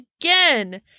again